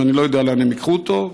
שאני לא יודע לאן הן ייקחו אותו,